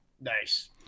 Nice